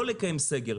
לא לקיים סגר,